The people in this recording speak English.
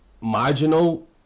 marginal